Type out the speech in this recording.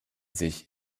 sich